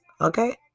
Okay